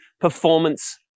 performance